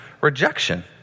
rejection